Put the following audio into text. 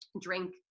drink